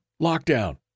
lockdown